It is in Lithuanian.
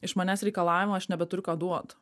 iš manęs reikalaujama aš nebeturiu ką duot